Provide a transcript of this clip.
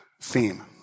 theme